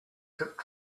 trip